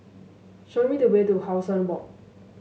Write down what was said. show me the way to How Sun Walk